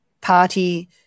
party